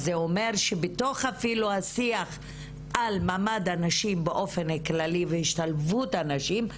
אז זה אומר שבתוך אפילו השיח על מעמד הנשים באופן כללי והשתלבות הנשים,